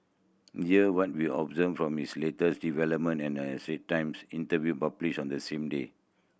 here what we observed from this latest development and a Times interview published on the same day